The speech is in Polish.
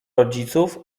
rodziców